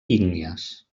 ígnies